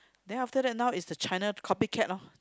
then after that now is the China copy cat loh